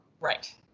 Right